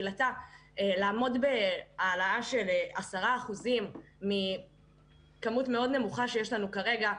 לעמוד בהעלאה של 10% מכמות מאוד נמוכה שיש לנו כרגע...